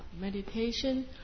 meditation